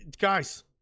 guys